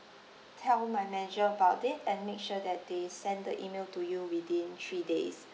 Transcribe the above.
tell my manager about it and make sure that they send the email to you within three days